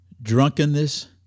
drunkenness